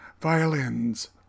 violins